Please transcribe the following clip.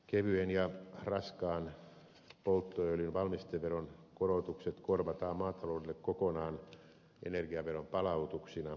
kevyen ja raskaan polttoöljyn valmisteveron korotukset korvataan maataloudelle kokonaan energiaveron palautuksina